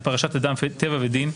מתוך פרשת אדם טבע ודין,